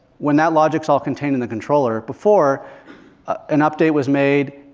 when that logic is all contained in the controller, before an update was made,